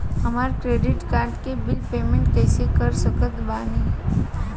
हमार credit card के bill payment कइसे कर सकत बानी?